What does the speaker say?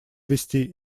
ввести